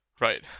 right